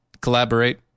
Collaborate